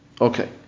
Okay